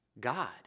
God